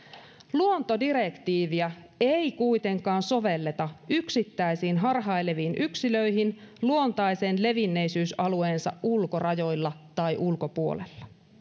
luontodirektiiviä ei kuitenkaan sovelleta yksittäisiin harhaileviin yksilöihin luontaisen levinneisyysalueensa ulkorajoilla tai ulkopuolella